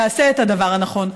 אדוני, תעשה את הדבר הנכון.